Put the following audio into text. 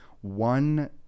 one